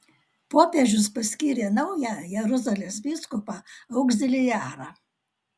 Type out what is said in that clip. popiežius paskyrė naują jeruzalės vyskupą augziliarą